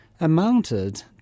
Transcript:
amounted